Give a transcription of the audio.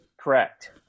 Correct